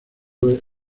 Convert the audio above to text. joe